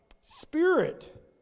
spirit